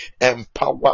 empower